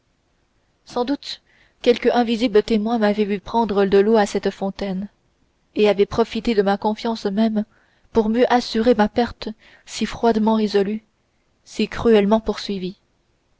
sans doute quelque invisible témoin m'avait vue prendre de l'eau à cette fontaine et avait profité de ma confiance même pour mieux assurer ma perte si froidement résolue si cruellement poursuivie